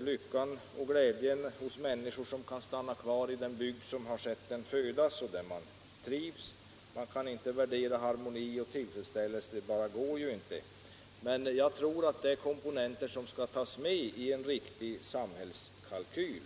lyckan och glädjen hos människor som kan stanna kvar i den bygd som har sett dem födas och där de trivs. Man kan inte värdera harmoni och tillfredsställelse — det går bara inte. Men jag tror att det är komponenter som skall tas med i en riktig samhällskalkyl.